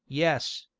yes,